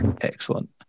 Excellent